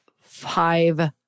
five